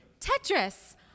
Tetris